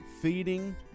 feeding